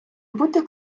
бути